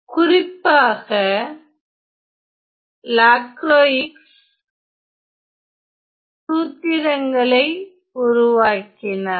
குறிப்பாக லாக்ரோயிக்ஸ் சூத்திரங்களை உருவாக்கினார்